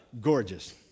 gorgeous